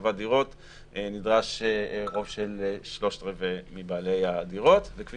הרחבת דירות נדרש רוב של שלושת-רבעי מבעלי הדירות; וכפי